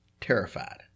terrified